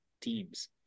teams